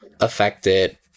affected